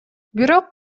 бирок